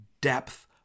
depth